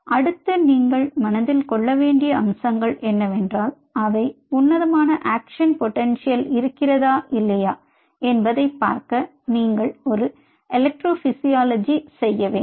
அடுத்து நீங்கள் மனதில் கொள்ள வேண்டிய அம்சங்கள் என்னவென்றால் அவை உன்னதமான ஆக்ஷன் பொடென்ஷியல் இருக்கிறதா இல்லையா என்பதைப் பார்க்க நீங்கள் ஒரு எலெக்ட்ரோ பிசியோலஜியை செய்ய வேண்டும்